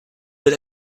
will